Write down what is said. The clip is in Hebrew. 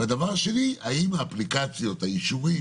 והדבר השני, האפליקציות, האישורים